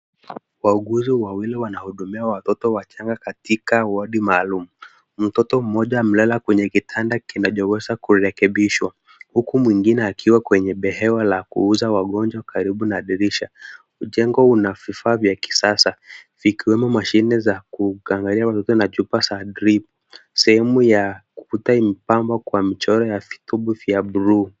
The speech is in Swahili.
Wauguzi wawili wanahudumia watoto wachanga katika wodi maalum. Mtoto mmoja amelala kwenye kitanda kinachoweza kurekebishwa huku mwingine akiwa kwenye behewa la kuuza wagonjwa karibu na dirisha. Mjengo una vifaa vya kisasa ikiwemo mashine za kuangalia watoto na chupa za drip . Sehemu ya ukuta imepambwa kwa michoro ya vitumbwi vya blue .